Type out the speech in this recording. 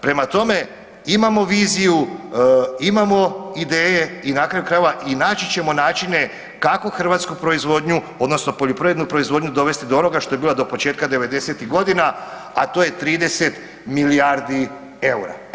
Prema tome, imamo viziju, imamo ideje i na kraju krajeva i naći ćemo načine kako hrvatsku proizvodnju odnosno poljoprivrednu proizvodnju dovesti do onoga što je bila do početka '90.-tih godina, a to je 30 milijardi EUR-a.